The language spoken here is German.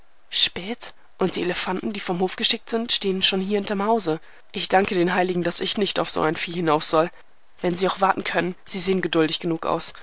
spät und die elefanten die vom hof geschickt sind stehen schon hinter dem hause ich danke den heiligen daß ich nicht auf so ein vieh hinauf soll wenn sie auch warten können sie sehen geduldig genug aus